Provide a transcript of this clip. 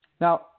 Now